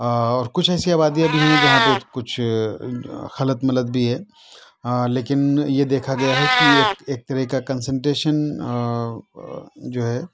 اور کچھ ایسی آبادیاں بھی ہیں جہاں پہ کچھ خلط ملط بھی ہے لیکن یہ دیکھا گیا ہے کہ ایک ایک طرح کا کنسنٹیشن جو ہے